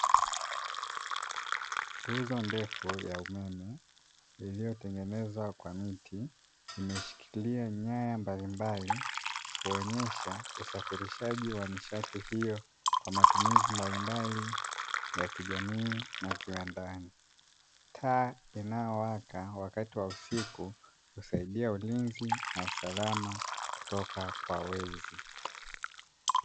Nguzo ndefu ya umeme iliyotengenezwa kwa miti imeshikilia nyaya mbalimbali kuonyesha usafirishaji wa nishati hiyo, kwa matumizi mbalimbali ya kijamii na kiwandani. Taa inayowaka wakati wa usiku husaidia ulinzi na usalama kutoka kwa wezi.